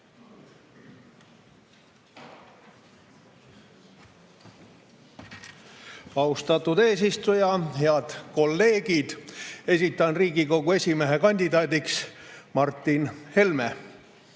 Austatud eesistuja! Head kolleegid! Esitan Riigikogu esimehe kandidaadiks Martin Helme.